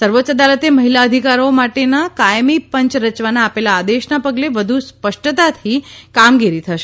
સર્વોચ્ય અદાલતે મહિલા અધિકરીઓ માટેના કાયમી પંચ રચવાના આપેલા આદેશના પગલે વધુ સ્પષ્ટતાથી કામગીરી થશે